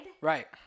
Right